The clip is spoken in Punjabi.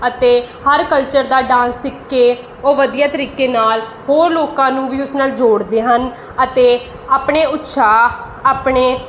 ਅਤੇ ਹਰ ਕਲਚਰ ਦਾ ਡਾਂਸ ਸਿੱਖ ਕੇ ਉਹ ਵਧੀਆ ਤਰੀਕੇ ਨਾਲ ਹੋਰ ਲੋਕਾਂ ਨੂੰ ਵੀ ਉਸ ਨਾਲ ਜੋੜਦੇ ਹਨ ਅਤੇ ਆਪਣੇ ਉਤਸ਼ਾਹ ਆਪਣੇ